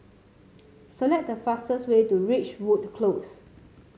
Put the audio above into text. select the fastest way to Ridgewood Close